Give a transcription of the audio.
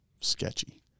sketchy